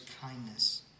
kindness